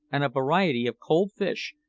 and a variety of cold fish,